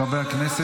החלום שלו זה